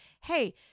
Hey